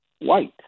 white